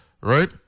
Right